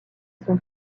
son